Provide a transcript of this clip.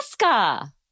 Alaska